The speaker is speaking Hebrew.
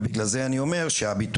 ובגלל זה אני אומר שהביטוח,